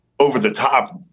over-the-top